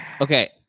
Okay